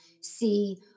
see